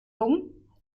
dumm